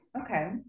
okay